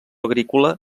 agrícola